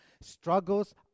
Struggles